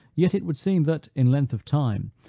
yet it would seem that, in length of time,